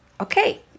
Okay